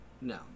No